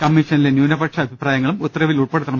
കമ്മീഷനിലെ ന്യൂനപക്ഷ അഭിപ്രായങ്ങളും ഉത്തര വിൽ ഉൾപ്പെടുത്തണം